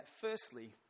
Firstly